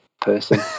person